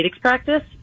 practice